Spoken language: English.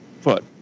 foot